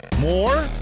More